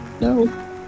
No